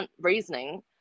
reasoning